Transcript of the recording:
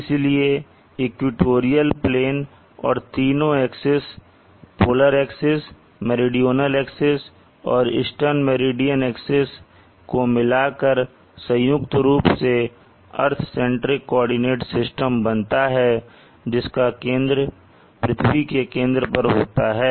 इसलिए equatorial plane और तीनों axis polar axis meridional axis और ईस्टर्न मेरिडियन एक्सिस को मिलाकर संयुक्त रूप से अर्थ सेंट्रिक कोऑर्डिनेट सिस्टम बनता हैं जिसका केंद्र पृथ्वी के केंद्र पर होता है